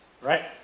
right